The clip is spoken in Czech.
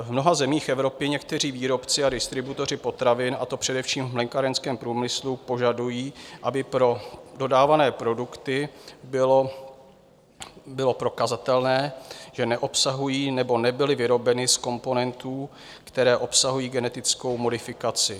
V mnoha zemích Evropy někteří výrobci a distributoři potravin, a to především v mlékárenském průmyslu, požadují, aby pro dodávané produkty bylo prokazatelné, že neobsahují nebo nebyly vyrobeny z komponentů, které obsahují genetickou modifikaci.